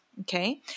Okay